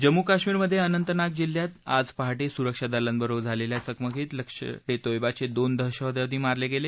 जम्मू कश्मीरमध्ये अनंतनाग जिल्ह्यात आज पहाटे सुरक्षा दलांबरोबर झालेल्या चकमकीत लश्कर ए तोयबाचे दोन दहशतवादी मारले गेले